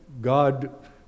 God